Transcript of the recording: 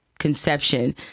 conception